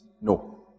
No